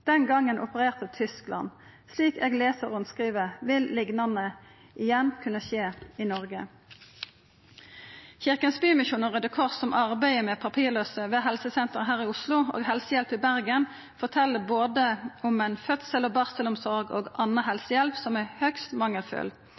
gongen opererte Tyskland. Slik eg les rundskrivet, vil noko liknande igjen kunna skje i Noreg. Kirkens Bymisjon og Raudekrossen som arbeider med papirlause ved helsesenteret her i Oslo og Helsehjelp i Bergen, fortel om ei fødsels- og barselomsorg og anna helsehjelp som er høgst